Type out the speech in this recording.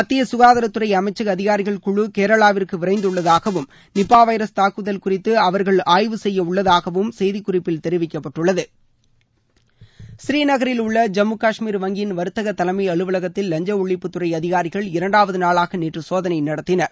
மத்திய ககாதாரத்துறை அமைச்சக அதிகாரிகள் குழு கேரளாவிற்கு விரைந்துள்ளதாகவும் நிபா வைரஸ் தூக்குதல் குறித்து அவர்கள் ஆய்வு செய்ய உள்ளதாகவும் செய்தி குறிப்பில் தெரிவிக்கப்பட்டுள்ளது ஸ்ரீநகரில் உள்ள ஜம்மு காஷ்மீர் வங்கியின் வர்த்தக தலைமை அலுவலகத்தில் லஞ்ச ஒழிப்புத்துறை அதிகாரிகள் இரண்டாவது நாளாக நேற்று சோதனை நடத்தினர்